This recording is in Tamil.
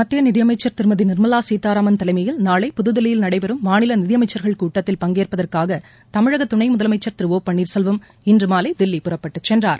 மத்திய நிதி அமைச்சர் திருமதி நிர்மலா சீதாராமன் தலைமையில் நாளை புதுதில்லியில் நடைபெறும் மாநில நிதி அமைச்சா்கள் கூட்டத்தில் பங்கேற்பதற்காக தமிழக துணை முதலமைச்சள் திரு ஓ பன்னீர்செல்வம் இன்று மாலை தில்லி புறப்பட்டுச் சென்றார்